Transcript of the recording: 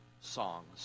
songs